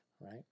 right